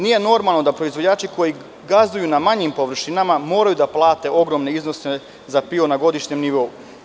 Nije normalo da proizvođači koji gazduju na manjim površinama moraju da plate ogromne iznose za PIO na godišnjem nivou.